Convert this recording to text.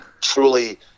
truly